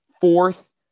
Fourth